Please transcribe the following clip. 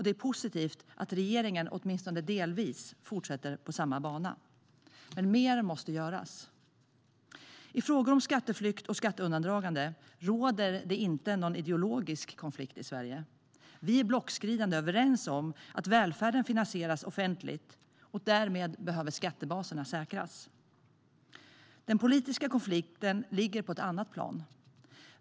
Det är positivt att regeringen åtminstone delvis fortsätter på samma bana. Men mer måste göras. I frågor om skatteflykt och skatteundandragande råder det inte någon ideologisk konflikt i Sverige. Vi är blocköverskridande överens om att välfärden finansieras offentligt, och därmed behöver skattebaserna säkras. Den politiska konflikten ligger på ett annat plan.